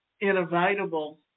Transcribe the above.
inevitable